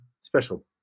special